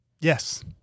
Yes